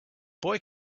boy